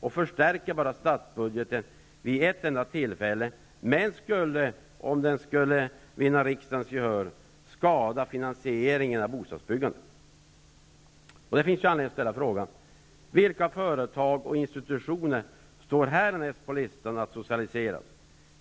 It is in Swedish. och förstärker bara statsbudgeten vid ett enda tillfälle, men skulle, om den vinner riksdagens gehör, skada finansieringen av bostadsbyggandet. Det finns anledning att fråga: Vilka företag och institutioner står härnäst på listan för att socialiseras?